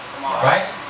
Right